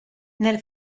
nel